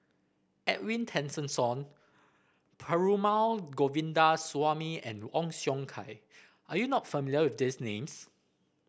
Edwin Tessensohn Perumal Govindaswamy and Ong Siong Kai are you not familiar with these names